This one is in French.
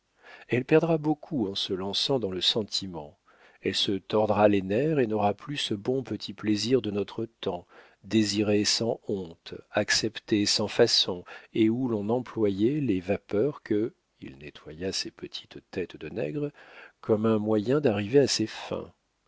elle perdra beaucoup en se lançant dans le sentiment elle se tordra les nerfs et n'aura plus ce bon petit plaisir de notre temps désiré sans honte accepté sans façon et où l'on n'employait les vapeurs que il nettoya ses petites têtes de nègre comme un moyen d'arriver à ses fins